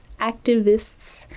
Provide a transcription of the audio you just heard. activists